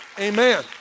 Amen